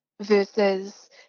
versus